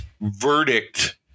verdict